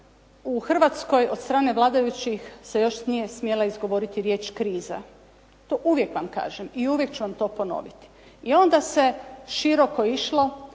u Hrvatskoj od strane vladajućih se još nije smjela izgovoriti riječ kriza. To uvijek vam kažem i uvijek ću vam to ponoviti, i onda se široko išlo